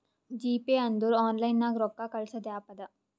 GPay ಅಂದುರ್ online ನಾಗ್ ರೊಕ್ಕಾ ಕಳ್ಸದ್ ಆ್ಯಪ್ ಅದಾ